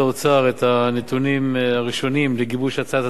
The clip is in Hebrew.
את הנתונים הראשונים לגיבוש הצעת התקציב.